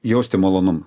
jausti malonumą